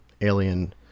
Alien